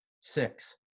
Six